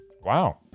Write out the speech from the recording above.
wow